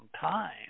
time